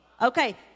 okay